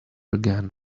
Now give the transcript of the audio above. again